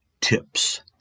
Tips